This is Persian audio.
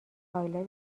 کایلا